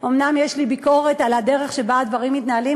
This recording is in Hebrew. אומנם יש לי ביקורת על הדרך שבה הדברים מתנהלים,